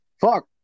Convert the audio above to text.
Fuck